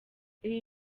ibi